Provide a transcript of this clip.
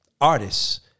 artists